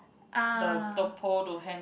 the the pole to hang